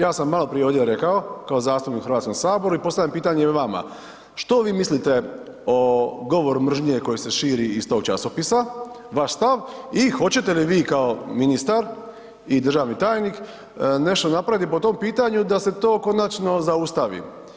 Ja sam maloprije ovdje rekao kao zastupnik u Hrvatskom saboru i postavljam pitanje i vama, što vi mislite o govoru mržnje koji se širi iz tog časopisa, vaš stav i hoćete li vi kao ministar i državni tajnik, nešto napraviti po tom pitanju da se to konačno zaustavi.